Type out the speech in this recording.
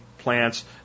plants